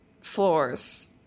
floors